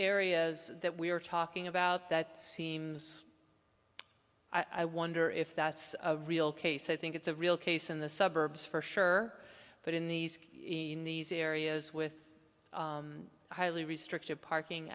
areas that we are talking about that seems i wonder if that's a real case i think it's a real case in the suburbs for sure but in these in these areas with highly restrictive parking